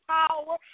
power